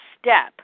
step